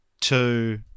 two